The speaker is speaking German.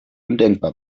undenkbar